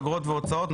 אגרות והוצאות.